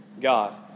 God